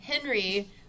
Henry